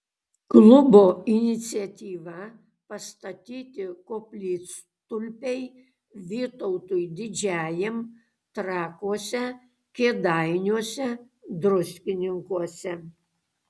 klubo iniciatyva pastatyti koplytstulpiai vytautui didžiajam trakuose kėdainiuose druskininkuose